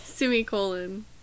Semicolon